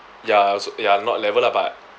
ya also ya not level lah but